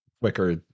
quicker